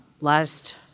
last